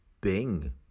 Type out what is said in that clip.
Bing